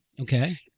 Okay